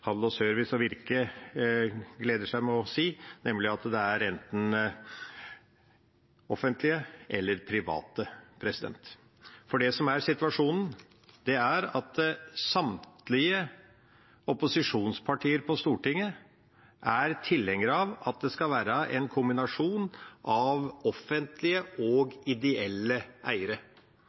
Service og Handel og Virke gleder seg over å si, nemlig at det er enten offentlige eller private. Det som er situasjonen, er at samtlige opposisjonspartier på Stortinget er tilhenger av at det skal være en kombinasjon av offentlige og ideelle eiere.